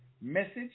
message